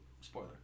Spoiler